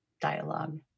dialogue